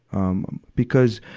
um, because,